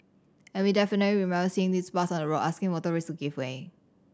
and we definitely remember seeing this bus on the road asking motorists to give way